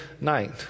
night